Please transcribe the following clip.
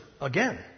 again